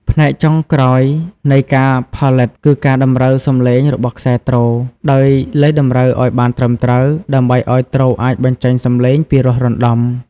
ផ្នែកចុងក្រោយនៃការផលិត គឺការតម្រូវសំឡេងរបស់ខ្សែទ្រ ដោយលៃតម្រូវឱ្យបានត្រឹមត្រូវ ដើម្បីឱ្យទ្រអាចបញ្ចេញសំឡេងពីរោះរណ្ដំ។